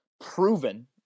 proven